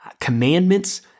commandments